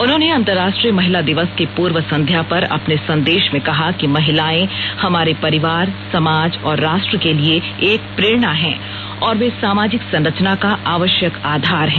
उन्होंने अंतरराष्ट्रीय महिला दिवस की पूर्वसंध्या पर अपने संदेश में कहा कि महिलाएं हमारे परिवार समाज और राष्ट्र के लिए एक प्रेरणा हैं और वे सामाजिक संरचना का आवश्यक आधार हैं